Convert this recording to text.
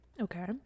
okay